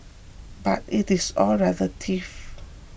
but it is all relative